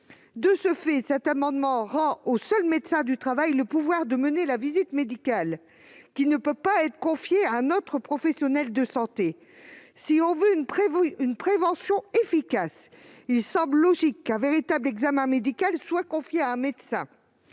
Ainsi, cet amendement tend à rendre au seul médecin du travail le pouvoir de mener cette visite médicale, qui ne pourrait pas être confiée à un autre professionnel de santé. Si l'on veut une prévention efficace, il semble logique qu'un véritable examen médical soit confié à un médecin.